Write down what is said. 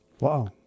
Wow